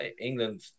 England